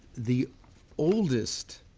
the oldest